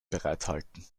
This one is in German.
bereithalten